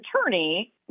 attorney